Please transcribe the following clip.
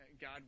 God